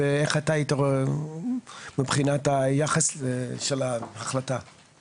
ואיך אתה רואה מבחינת היחס של ההחלטה.